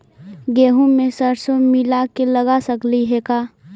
गेहूं मे सरसों मिला के लगा सकली हे का?